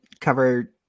cover